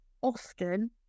often